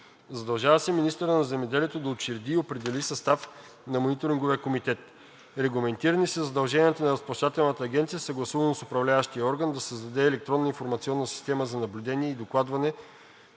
Задължава се министърът на земеделието да учреди и определи състава на мониторинговия комитет. Регламентирани са задълженията на Разплащателната агенция, съгласувано с Управляващия орган, да създаде електронна информационна система за наблюдение и докладване